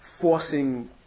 forcing